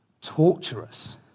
torturous